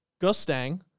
Gustang